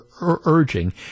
urging